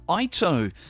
Ito